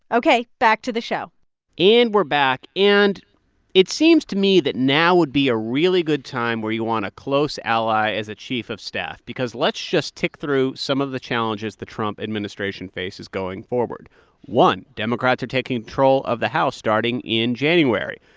ok. back to the show and we're back. and it seems to me that now would be a really good time where you want a close ally as a chief of staff because let's just tick through some of the challenges the trump administration faces going forward one democrats are taking control of the house starting in january.